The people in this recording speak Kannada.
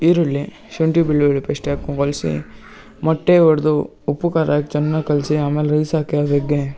ಈರುಳ್ಳಿ ಶುಂಠಿ ಬೆಳ್ಳುಳ್ಳಿ ಪೇಸ್ಟ್ ಹಾಕೊ ಮೊಟ್ಟೆ ಒಡೆದು ಉಪ್ಪು ಖಾರ ಹಾಕ್ ಚೆನ್ನಾಗಿ ಕಲಿಸಿ ಆಮೇಲೆ ರೈಸ್ ಹಾಕಿ ಅದಕ್ಕೆ